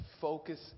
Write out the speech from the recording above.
focus